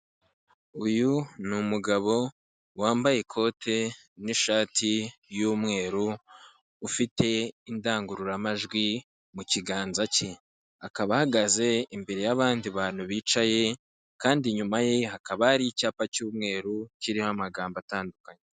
Uyu ni umugabo wambaye ikote n'ishati y'umweru ufite indangururamajwi mu kiganza cye, akaba ahagaze imbere y'abandi bantu bicaye kandi inyuma ye hakaba hari icyapa cy'umweru kiriho amagambo atandukanye.